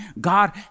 God